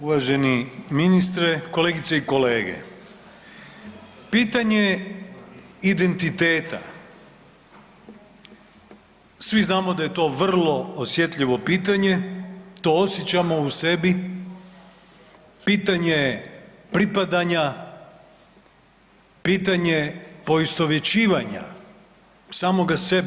Uvaženi ministre, kolegice i kolege, pitanje identiteta, svi znamo da je to vrlo osjetljivo pitanje, to osjećamo u sebi, pitanje pripadanja, pitanje poistovjećivanja samoga sebe.